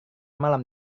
malam